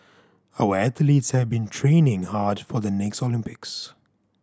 our athletes have been training hard for the next Olympics